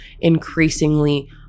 increasingly